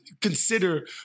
consider